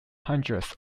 hundreds